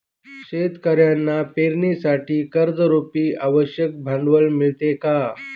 शेतकऱ्यांना पेरणीसाठी कर्जरुपी आवश्यक भांडवल मिळते का?